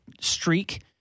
streak